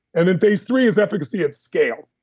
and then phase three is efficacy at scale.